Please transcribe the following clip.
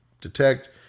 detect